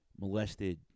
molested